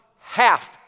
half